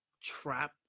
trap